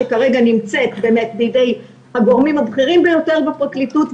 שכרגע נמצאת בידי הגורמים הבכירים ביותר בפרקליטות,